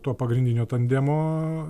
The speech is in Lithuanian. to pagrindinio tandemo